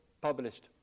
published